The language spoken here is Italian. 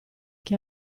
che